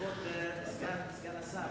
כבוד סגן השר,